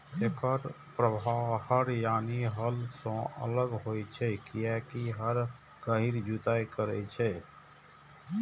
एकर प्रभाव हर यानी हल सं अलग होइ छै, कियैकि हर गहींर जुताइ करै छै